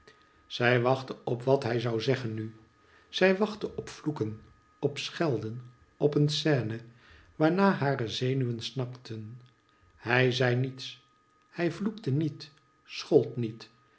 zij wachtte op wat hij zou zeggen nu zij wachtte op vloeken op schelden op een scene waarnaar hare zenuwen snakten hij zei niets hij vloekte niet schold niet